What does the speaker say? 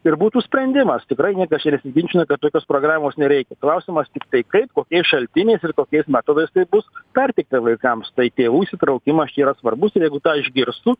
ir būtų sprendimas tikrai niekas čia nesiginčina kad tokios programos nereikia klausimas tiktai kaip kokiais šaltiniais ir kokiais metodais tai bus perteikta vaikams tai tėvų įsitraukimas čia yra svarbus ir jeigu tą išgirstų